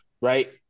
Right